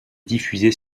diffusée